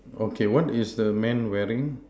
okay what is the man wearing